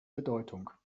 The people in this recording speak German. bedeutung